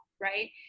right